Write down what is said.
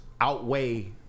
Outweigh